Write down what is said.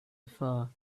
far